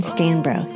Stanbro